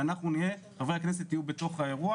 שאנחנו חברי הכנסת נהיה בתוך האירוע